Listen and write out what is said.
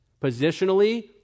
Positionally